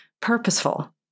purposeful